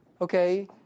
Okay